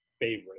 favorite